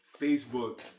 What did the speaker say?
Facebook